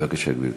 בבקשה, גברתי.